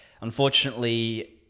unfortunately